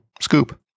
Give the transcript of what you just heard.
Scoop